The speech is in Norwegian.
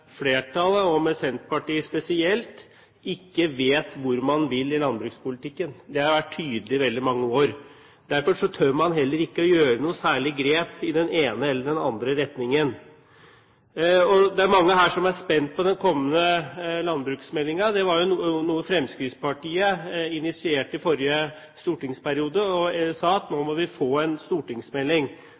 flertallet – og Senterpartiet spesielt – ikke vet hvor man vil i landbrukspolitikken. Det har vært tydelig i veldig mange år. Derfor tør man heller ikke gjøre noen særlige grep i den ene eller den andre retningen. Det er mange her som er spent på den kommende landbruksmeldingen. Det var jo noe Fremskrittspartiet initierte i forrige stortingsperiode, da vi sa at nå må vi få en stortingsmelding.